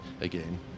again